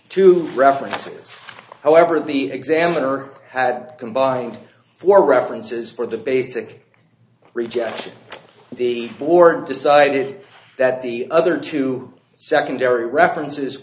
two references however the examiner had combined for references for the basic rejection the board decided that the other two secondary references